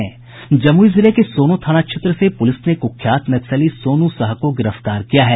जमुई जिले के सोनो थाना क्षेत्र से पुलिस ने कुख्यात नक्सली सोनू साह को गिरफ्तार किया है